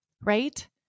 right